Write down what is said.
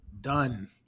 done